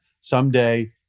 someday